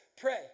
Pray